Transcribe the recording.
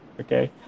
Okay